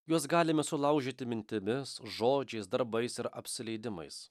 juos galime sulaužyti mintimis žodžiais darbais ir apsileidimais